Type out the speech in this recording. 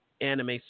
anime